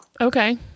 Okay